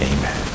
Amen